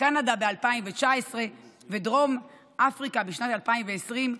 קנדה ב-2019 ודרום אפריקה בשנת 2020,